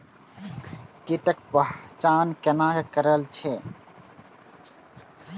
कीटक पहचान कैना कायल जैछ?